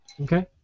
Okay